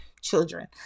children